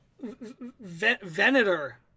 Venator